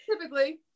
typically